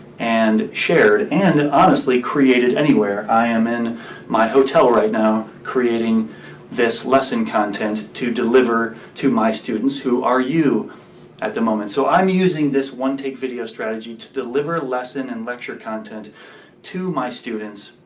and shared. and and honestly created anywhere. i am in my hotel right now creating this lesson content to deliver to my students, who are you at the moment. so i'm using this one-take video strategy to deliver lesson and lecture content to my students.